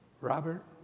Robert